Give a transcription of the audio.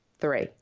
Three